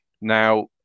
Now